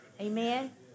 Amen